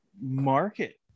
market